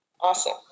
Awesome